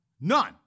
None